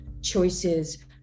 choices